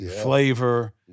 flavor